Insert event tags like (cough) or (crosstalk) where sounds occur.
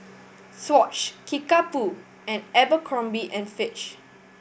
(noise) Swatch Kickapoo and Abercrombie and Fitch